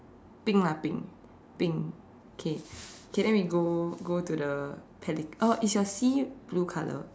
pink lah pink pink okay okay then we go go to the pelic~ uh is your sea blue colour